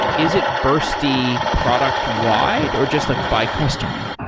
is it bursty product wide or just like by customer?